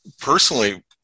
personally